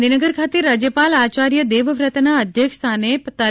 ગાંધીનગર ખાતેરાજયપાલ આચાર્ય દેવવ્રતના અધ્યક્ષસ્થાને તા